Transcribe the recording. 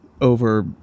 over